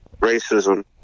racism